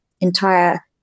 entire